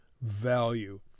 value